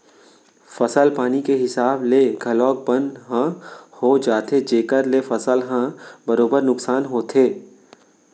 फसल पानी के हिसाब ले घलौक बन ह हो जाथे जेकर ले फसल ह बरोबर नुकसान होथे